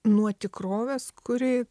nuo tikrovės kuri